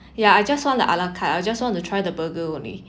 ya I just want the a la carte I just want to try the burger only